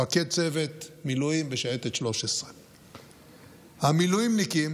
מפקד צוות מילואים בשייטת 13. המילואימניקים